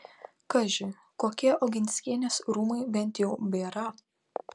kaži kokie oginskienės rūmai bent jau bėra